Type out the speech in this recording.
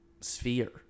sphere